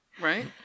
Right